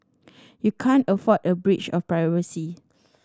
you can't afford a breach of privacy